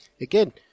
Again